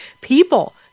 people